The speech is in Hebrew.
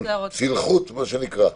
צלחות מה שנקרא?